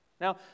Now